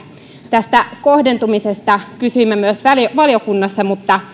tästä kohdentumisesta kysyimme myös valiokunnassa mutta